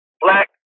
black